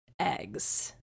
eggs